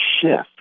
shift